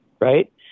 Right